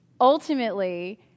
ultimately